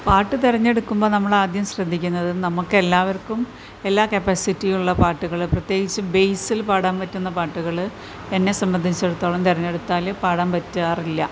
പാട്ട് തിരഞ്ഞെടുക്കുമ്പോൾ നമ്മൾ ആദ്യം ശ്രദ്ധിക്കുന്നത് നമക്കെല്ലാവർക്കും എല്ലാ കപ്പാസിറ്റിയും ഉള്ള പാട്ടുകളും പ്രത്യേകിച്ച് ബേസിൽ പാടാൻ പറ്റുന്ന പാട്ടുകൾ എന്നെ സംബന്ധിച്ചിടത്തോളം തിരഞ്ഞെടുത്താൽ പാടാൻ പറ്റാറില്ല